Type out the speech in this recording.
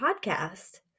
podcast